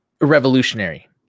revolutionary